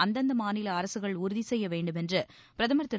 அந்தந்த மாநில அரசுகள் உறுதி செய்ய வேண்டுமென்று பிரதமர் திரு